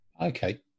Okay